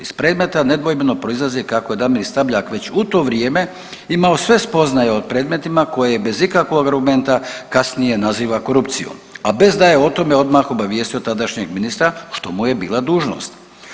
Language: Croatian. Iz predmeta nedvojbeno proizlazi kako je Damir Sabljak već u to vrijeme imao sve spoznaje o predmetima koje bez ikakvog argumenta kasnije naziva korupcijom, a bez da je o tome odmah obavijestio tadašnjeg ministra što mu je bila dužnost.